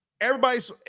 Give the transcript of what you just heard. Everybody's